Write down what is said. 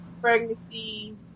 pregnancy